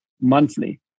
monthly